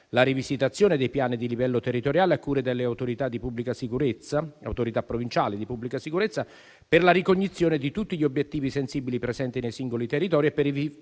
la rivisitazione dei piani di livello territoriale a cura delle autorità provinciali di pubblica sicurezza per la ricognizione di tutti gli obiettivi sensibili presenti nei singoli territori, per